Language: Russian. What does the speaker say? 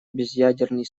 безъядерный